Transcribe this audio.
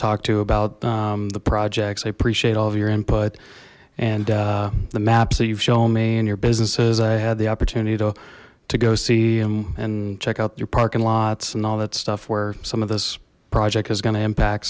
talk to about the projects i appreciate all of your input and the maps that you've shown me and your businesses i had the opportunity to to go see and check out your parking lots and all that stuff where some of this project is going to impact